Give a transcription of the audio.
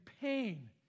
pain